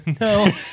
No